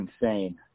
insane